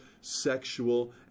sexual